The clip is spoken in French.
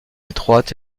étroites